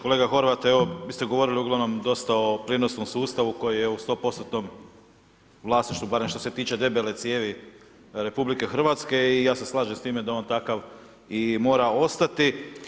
Kolega Horvat, evo vi ste govorili uglavnom dosta o plinarskom sustavu koji je u 100%-tnom vlasništvu barem što se tiče debele cijevi RH i ja se slažem s time da on takav i mora ostati.